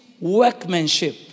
workmanship